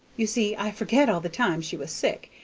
you see i forget all the time she was sick,